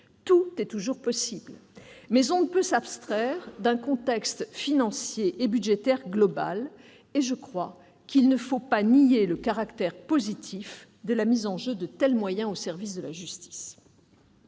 tout est toujours possible, mais on ne peut s'abstraire d'un contexte financier et budgétaire global, et je crois qu'il ne faut pas nier le caractère positif de la mise en jeu de tels moyens au service de la justice.